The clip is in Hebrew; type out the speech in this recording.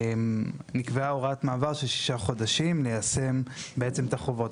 נקבעה הוראת מעבר שישה חודשים ליישם בעצם את החובות.